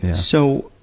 and so,